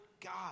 God